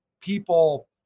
people